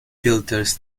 filters